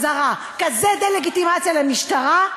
כזאת דה-לגיטימציה למשטרה,